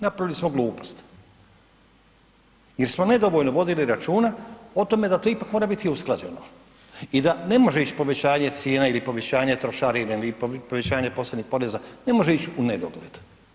Napravili smo glupost jer smo nedovoljno vodili računa o tome da to ipak mora biti usklađeno i da ne može ići povećanje cijena ili povećanje trošarina ili povećanje posebnih poreza ne može ići u nedogled.